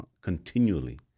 continually